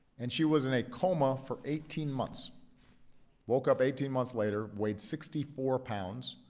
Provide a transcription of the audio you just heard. and she was in a coma for eighteen months woke up eighteen months later, weighed sixty four pounds,